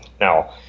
Now